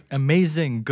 amazing